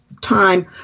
time